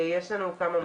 יש לנו כמה מוקדים.